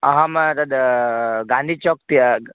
अहं तद् गान्धिचौक्त्य